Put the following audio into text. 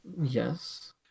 Yes